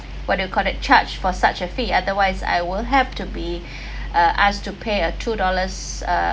what do you call it charged for such a fee otherwise I will have to be uh ask to pay a two dollars uh